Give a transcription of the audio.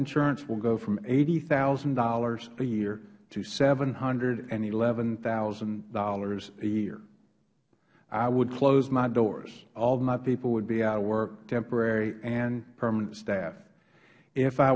insurance will go from eighty thousand dollars a year to seven hundred and eleven thousand dollars a year i would close my doors all of my people would be out of work temporary and permanent staff if i